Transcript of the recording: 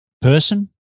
person